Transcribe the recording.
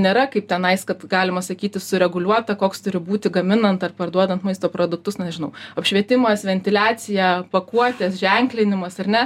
nėra kaip tenais kad galima sakyti sureguliuota koks turi būti gaminant ar parduodant maisto produktus nežinau apšvietimas ventiliacija pakuotės ženklinimas ar ne